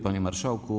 Panie Marszałku!